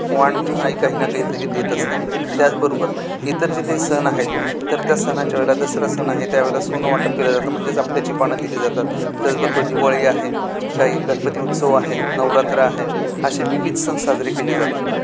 वाण म्हणून आई काही ना काहीतरी देत असते त्याचबरोबर इतर जे काही सण आहेत तर त्या सणाच्या वेळेला दसरा सण आहे त्यावेळेला सोनं वाटप केल्या जातं म्हणजेच आपट्याची पानं दिली जातात त्याचबरोबर दिवाळी आहे काही गणपती उत्सव आहे नवरात्र आहे असे विविध सण साजरे केले जातात